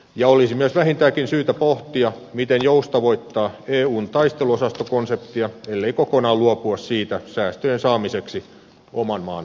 ja olisi myös vähintäänkin syytä pohtia miten joustavoittaa eun taisteluosastokonseptia ellei kokonaan luopua siitä säästöjen saamiseksi oman maan puolustukseen